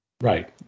right